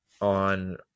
on